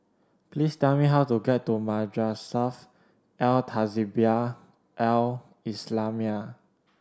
please tell me how to get to Madrasah Al Tahzibiah Al Islamiah